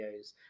videos